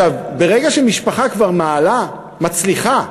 ברגע שמשפחה כבר מעלה, מצליחה,